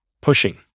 Pushing